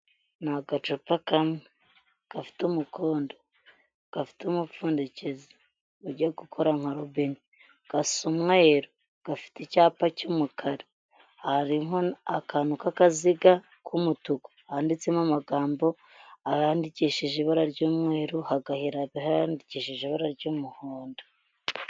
Ni agacupa kamwe gafite umukondo, gafite umupfundikizo, ujya gukora nka robine gasa umweru gafite icyapa cy'umukara, hari akantu k'akaziga k'umutuku, handitsemo amagambo yandikishije ibara ry'umweru, hagahera ahandikishije ibara ry'umuhondo.